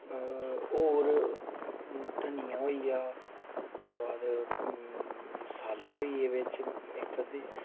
होर धनिया होइया ओह्दे बाद मसाले होइये बिच इक अद्धे